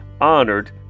honored